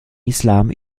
islam